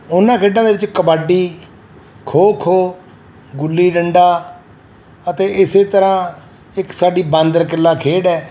ਉਹਨਾਂ ਖੇਡਾਂ ਦੇ ਵਿੱਚ ਕਬੱਡੀ ਖੋ ਖੋ ਗੁੱਲੀ ਡੰਡਾ ਅਤੇ ਇਸੇ ਤਰ੍ਹਾਂ ਇੱਕ ਸਾਡੀ ਬਾਂਦਰ ਕਿੱਲਾ ਖੇਡ ਹੈ